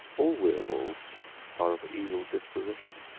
all werewolves are of evil disposition,